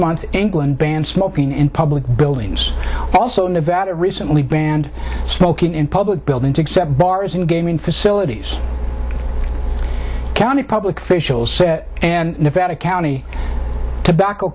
month england banned smoking in public buildings also nevada recently banned smoking in public buildings except bars and gaming facilities county public officials say and nevada county tobacco